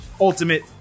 Ultimate